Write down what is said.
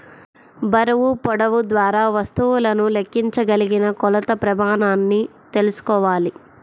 బరువు, పొడవు ద్వారా వస్తువులను లెక్కించగలిగిన కొలత ప్రమాణాన్ని తెల్సుకోవాలి